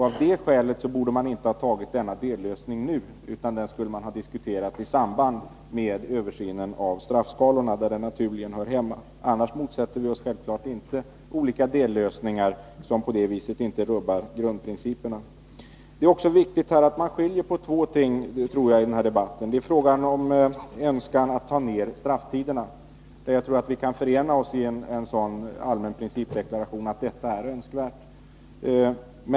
Av det skälet borde man inte ha tagit denna dellösning nu. Den skulle ha diskuterats i samband med översynen av straffskalorna, där den naturligt hör hemma. Annars motsätter vi oss självklart inte olika dellösningar, som inte rubbar grundprinciperna. Det är också viktigt att man skiljer på två ting i denna debatt. Å ena sidan är det en önskan att minska strafftiderna. Där tror jag att vi kan förena oss i en allmän principdeklaration om att det är önskvärt.